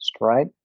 right